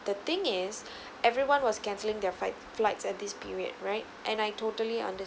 the thing is everyone was cancelling their fight flights at this period right and I totally under